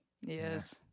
yes